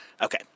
Okay